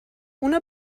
una